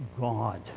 God